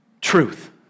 Truth